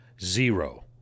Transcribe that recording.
zero